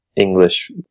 English